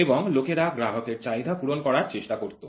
এবং লোকেরা গ্রাহকের চাহিদা পূরণ করার চেষ্টা করত